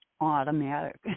automatic